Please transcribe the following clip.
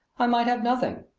i might have nothing.